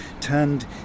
turned